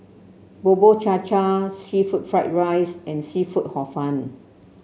Bubur Cha Cha seafood Fried Rice and seafood Hor Fun